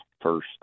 first